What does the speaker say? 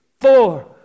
four